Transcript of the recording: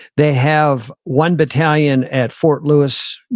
they have one battalion at fort lewis,